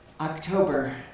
October